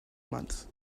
months